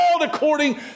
according